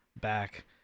back